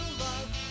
love